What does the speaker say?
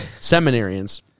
Seminarians